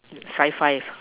high five